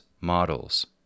models